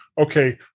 okay